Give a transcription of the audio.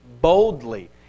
boldly